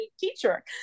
teacher